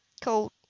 Cold